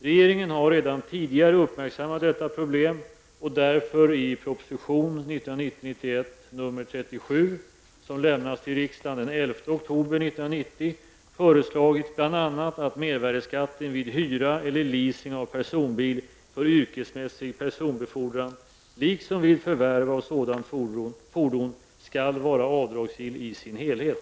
Regeringen har redan tidigare uppmärksammat detta problem och därför i proposition 1990/91:37 föreslagit bl.a. att mervärdeskatten vid hyra eller leasing av personbil för yrkesmässig personbefordran -- liksom vid förvärv av sådant fordon -- skall vara avdragsgill i sin helhet.